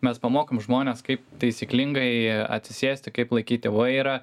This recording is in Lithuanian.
mes pamokom žmones kaip taisyklingai atsisėsti kaip laikyti vairą